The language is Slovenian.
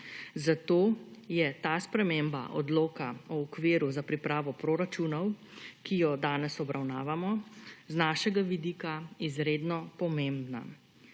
Zato je ta sprememba odloka o okviru za pripravo proračunov, ki jo danes obravnavamo, iz našega vidika izredno pomembna.